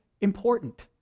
important